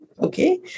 okay